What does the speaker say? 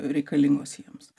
reikalingos jiems